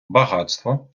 багатство